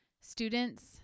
students